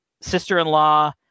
sister-in-law